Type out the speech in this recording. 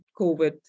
COVID